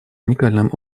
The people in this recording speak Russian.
уникальным